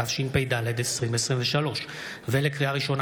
התשפ"ד 2023. לקריאה ראשונה,